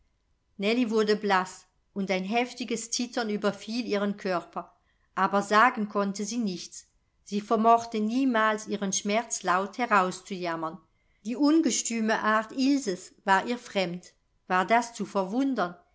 wurde blaß und ein heftiges zittern überfiel ihren körper aber sagen konnte sie nichts sie vermochte niemals ihren schmerz laut herauszujammern die ungestüme art ilses war ihr fremd war das zu verwundern